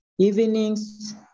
evenings